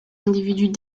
individus